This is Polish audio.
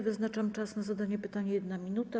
Wyznaczam czas na zadanie pytania - 1 minuta.